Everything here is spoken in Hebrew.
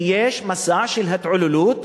כי יש מסע של התעללות.